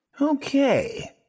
Okay